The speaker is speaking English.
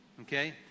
Okay